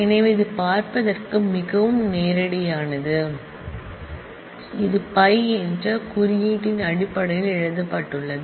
எனவே இது பார்ப்பதற்கு மிகவும் நேரடியானது இது Π இந்த குறியீட்டின் அடிப்படையில் எழுதப்பட்டுள்ளது